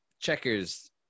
checkers